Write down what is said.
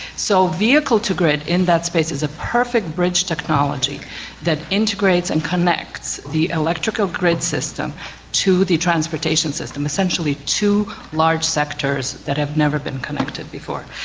so vehicle-to-grid in that space is a perfect bridge technology that integrates and connects the electrical grid system to the transportation system, essentially two large sectors that have never been connected before.